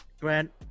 Grant